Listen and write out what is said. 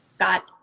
got